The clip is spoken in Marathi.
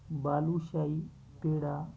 बालूशाही पेढा